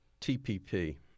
TPP